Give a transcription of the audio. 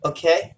Okay